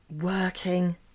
Working